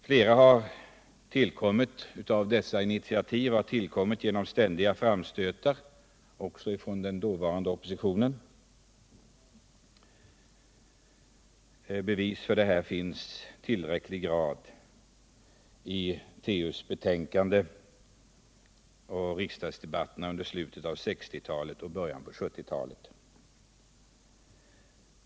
Flera av dessa initiativ har emellertid tillkommit efter ständiga framstötar från den dåvarande oppositionen. Bevis för detta finns i tillräcklig grad i trafikutskottets betänkanden och protokollen från riksdagsdebatterna under slutet av 1960-talet och början av 1970-talet.